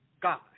God